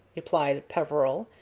replied peveril.